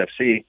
FC